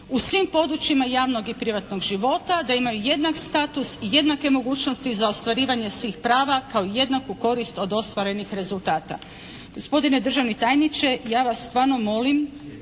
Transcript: u svim područjima javnog i privatnog života, da imaju jednak status i jednake mogućnosti za ostvarivanje svih prava kao jednaku korist od ostvarenih rezultata.